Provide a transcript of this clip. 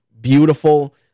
beautiful